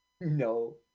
No